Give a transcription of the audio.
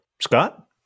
Scott